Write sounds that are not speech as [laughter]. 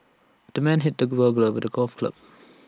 the man hit the [unintelligible] with A golf club